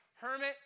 Hermit